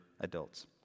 adults